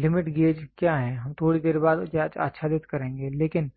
limit gauge क्या हैं हम थोड़ी देर बाद आच्छादित करेंगे लेकिन